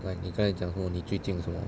like 你刚才讲什么你最进什么